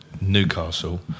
Newcastle